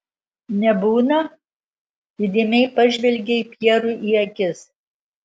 nebūna įdėmiai pažvelgei pjerui į akis